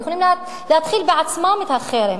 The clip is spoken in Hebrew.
הם יכולים להתחיל בעצמם את החרם.